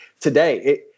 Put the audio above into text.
today